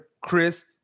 Chris